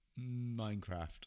Minecraft